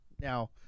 Now